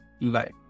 life